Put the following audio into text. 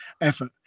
effort